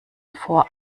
vor